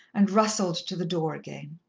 and rustled to the door again.